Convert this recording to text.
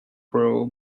pro